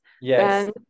yes